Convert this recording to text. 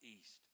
east